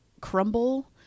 crumble